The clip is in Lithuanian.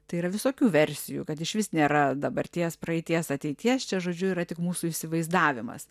tai yra visokių versijų kad išvis nėra dabarties praeities ateities čia žodžiu yra tik mūsų įsivaizdavimas